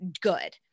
good